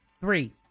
Three